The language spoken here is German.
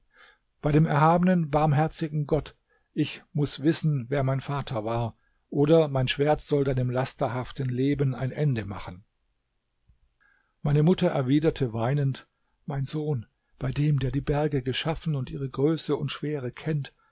bei dem erhabenen barmherzigen gott ich muß wissen wer mein vater war oder mein schwert soll deinem lasterhaften leben ein ende machen meine mutter erwiderte weinend mein sohn bei dem der die berge geschaffen und ihre größe und schwere kennt